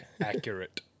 Accurate